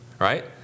right